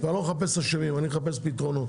ואני לא מחפש אשמים, אני מחפש פתרונות.